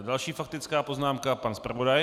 Další faktická poznámka pan zpravodaj.